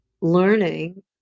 learning